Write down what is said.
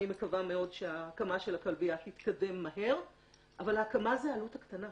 אני מקווה מאוד שההקמה של הכלבייה תתקדם מהר אבל ההקמה זה העלות הקטנה.